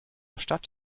stadt